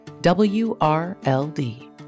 W-R-L-D